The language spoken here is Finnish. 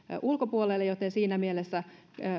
ulkopuolelle joten siinä mielessä